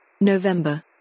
November